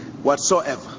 whatsoever